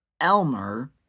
Elmer